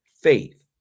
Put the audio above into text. faith